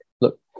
look